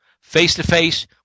face-to-face